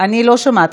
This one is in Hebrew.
אני לא שומעת.